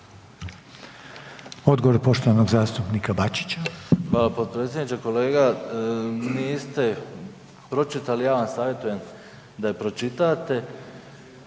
Odgovor poštovanog zastupnika Bačića. **Bačić, Ante (HDZ)** Hvala potpredsjedniče. Kolega, niste pročitali, ja vam savjetujem da je pročitate.